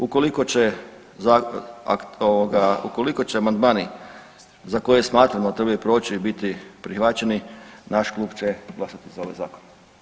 Ukoliko će zakon, ukoliko će amandmani za koje smatramo da trebaju proći biti prihvaćeni, naš klub će glasati za ovaj Zakon.